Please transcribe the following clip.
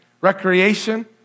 Recreation